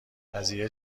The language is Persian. قضیه